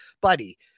buddy